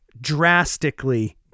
drastically